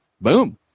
boom